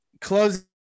close